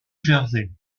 jersey